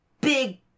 big